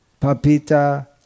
papita